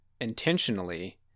intentionally